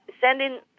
sending